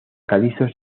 calizos